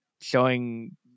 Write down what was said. showing